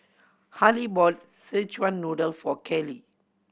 Halle bought Szechuan Noodle for Kelley